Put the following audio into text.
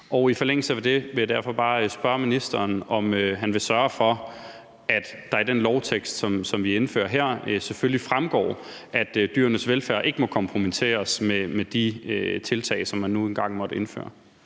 I forlængelse af det vil jeg derfor bare spørge ministeren, om han vil sørge for, at det i den lovtekst, som vi indfører her, selvfølgelig fremgår, at dyrenes velfærd ikke må kompromitteres med de tiltag, som man nu engang måtte indføre.